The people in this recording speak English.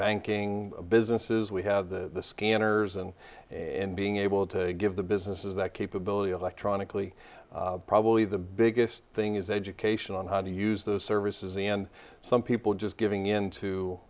banking businesses we have the scanners and in being able to give the businesses that capability electronically probably the biggest thing is education on how to use the services and some people just giving in to